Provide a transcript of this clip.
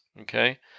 Okay